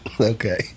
Okay